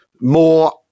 more